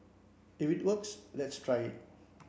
if it works let's try it